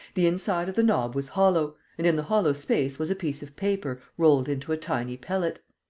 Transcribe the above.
the inside of the knob was hollow and in the hollow space was a piece of paper rolled into a tiny pellet.